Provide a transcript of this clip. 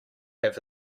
have